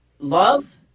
Love